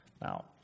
Now